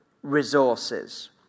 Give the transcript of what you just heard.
resources